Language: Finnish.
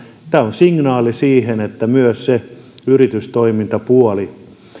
signaali siitä että myös sitä yritystoimintapuolta